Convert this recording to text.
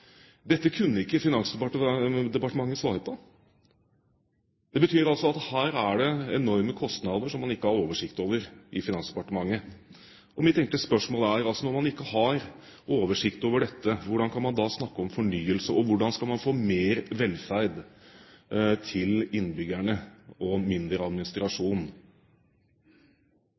Dette kunne ikke Finansdepartementet svare på. Det betyr altså at her er det enorme kostnader som man ikke har oversikt over i Finansdepartementet. Mitt enkle spørsmål er: Når man ikke har oversikt over dette, hvordan kan man da snakke om fornyelse? Og hvordan skal man få mer velferd til innbyggerne og mindre administrasjon?